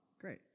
great